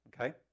Okay